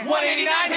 189